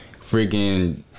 Freaking